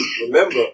remember